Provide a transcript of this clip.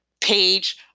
page